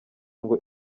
ngo